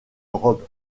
robe